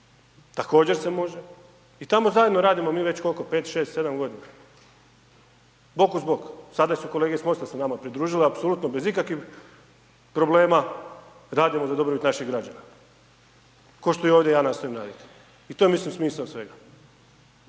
također se može i tamo zajedno radimo mi već koliko, pet, šest, sedam godina, bok uz bok. Sada su kolege iz MOST-a se nama pridružile, apsolutno bez ikakvih problema radimo za dobrobit naših građana, košto i ovdje ja nastojim radit i to je mislim smisao svega,